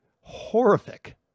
horrific